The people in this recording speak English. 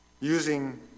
using